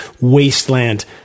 wasteland